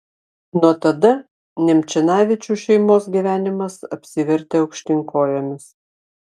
nuo tada nemčinavičių šeimos gyvenimas apsivertė aukštyn kojomis